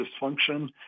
dysfunction